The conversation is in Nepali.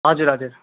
हजुर हजुर